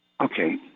Okay